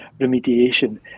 remediation